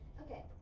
okay